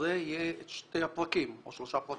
חוזה יהיה את שני הפרקים או שלושת הפרקים?